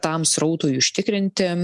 tam srautui užtikrinti